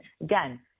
again